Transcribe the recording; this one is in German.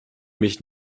mich